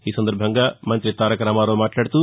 ఈ సందర్బంగా మంతి తారకరామారావు మాట్లాడుతూ